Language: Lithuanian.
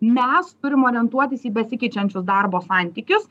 mes turim orientuotis į besikeičiančius darbo santykius